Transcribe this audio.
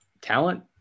talent